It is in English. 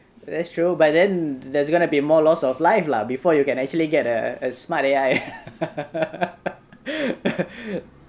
that's true but then there's going to be more loss of life lah before you can actually get uh a smart A_I